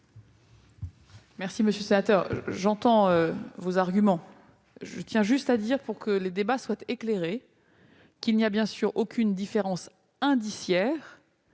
est à Mme la ministre. J'entends vos arguments. Je tiens juste à dire, pour que les débats soient éclairés, qu'il n'y a bien sûr aucune différence indiciaire